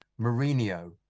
Mourinho